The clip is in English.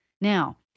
Now